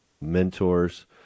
mentors